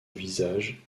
visage